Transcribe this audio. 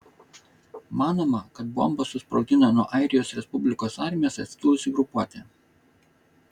manoma kad bombą susprogdino nuo airijos respublikos armijos atskilusi grupuotė